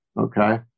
Okay